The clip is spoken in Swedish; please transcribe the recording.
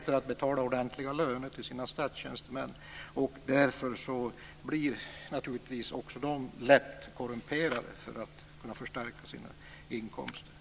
Därför blir de lätt korrumperade för att kunna förstärka sina inkomster.